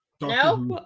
No